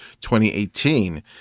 2018